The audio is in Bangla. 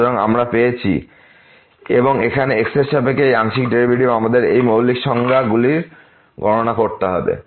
সুতরাং আমরা পেয়েছি fxxyy3x2y232xy≠00 0elsewhere fxxyy3x2y232xy≠00 0elsewhere এবং এখানে x এরসাপেক্ষে এই আংশিক ডেরিভেটিভ আমাদের এই সংজ্ঞাটি মৌলিক সংজ্ঞা গুলির সাথে গণনা করতে হবে